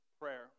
prayer